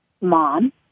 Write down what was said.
Mom